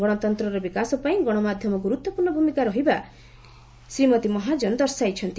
ଗଣତନ୍ତ୍ରର ବିକାଶ ପାଇଁ ଗଣମାଧ୍ୟମ ଗୁରୁତ୍ୱପୂର୍ଣ୍ଣ ଭୂମିକା ରହିଥିବା ଶ୍ରୀମତୀ ମହାଜନ ଦର୍ଶାଇଛନ୍ତି